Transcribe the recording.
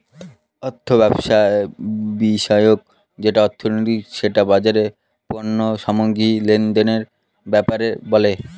অর্থব্যবস্থা বিষয়ক যে অর্থনীতি সেটা বাজারের পণ্য সামগ্রী লেনদেনের ব্যাপারে বলে